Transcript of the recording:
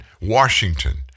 washington